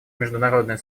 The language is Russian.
международное